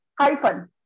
hyphen